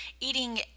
eating